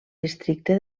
districte